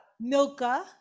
Milka